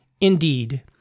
Indeed